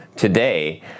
Today